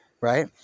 right